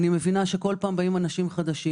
אני מבינה שכך פעם באים אנשים חדשים.